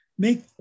Make